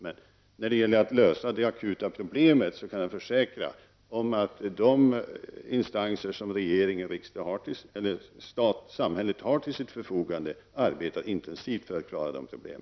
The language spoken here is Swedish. Men jag kan försäkra Annika Åhnberg att de instanser som samhället har till sitt förfogande arbetar intensivt för att lösa dessa problem.